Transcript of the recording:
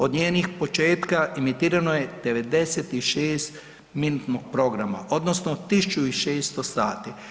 Od njenih početka emitirano je 96-minutnog programa odnosno 1000 i 600 sati.